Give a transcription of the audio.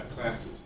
Classes